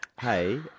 Hey